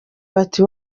bati